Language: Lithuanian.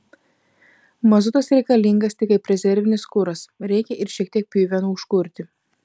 mazutas reikalingas tik kaip rezervinis kuras reikia ir šiek tiek pjuvenų užkurti